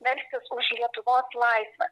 melstis už lietuvos laisvę